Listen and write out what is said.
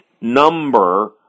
number